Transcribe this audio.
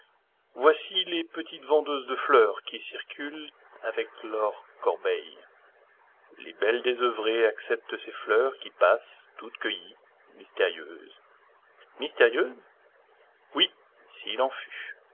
voici les petites vendeuses de fleurs qui circulent avec leurs corbeilles les belles désœuvrées acceptent ces fleurs qui passent toutes cueillies mystérieuses mystérieuses oui s'il en fut